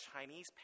Chinese